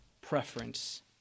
preference